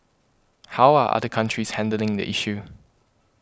how are other countries handling the issue